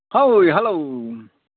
hi hello